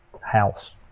house